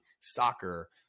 soccer